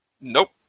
Nope